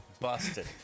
Busted